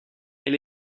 elle